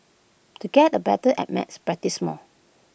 to get A better at maths practise more